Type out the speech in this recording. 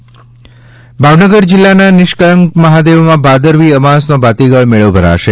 ભાવનગર લોકમેળો ભાવનગર જિલ્લાના નિષ્કલંક મહાદેવમાં ભાદરવી અમાસનો ભાતીગળ મેળો ભરાશે